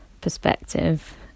perspective